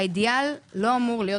האידאל לא אמור להיות,